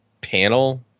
panel